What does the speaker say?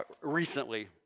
recently